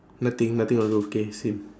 nothing nothing on the roof K same